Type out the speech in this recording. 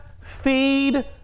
feed